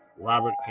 Robert